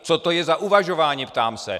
Co to je za uvažování, ptám se!